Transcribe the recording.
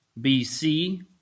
BC